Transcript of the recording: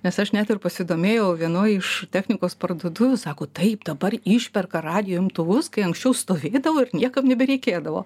nes aš net ir pasidomėjau vienoj iš technikos parduotuvių sako taip dabar išperka radijo imtuvus kai anksčiau stovėdavo ir niekam nebereikėdavo